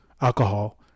alcohol